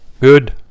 Good